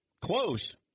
Close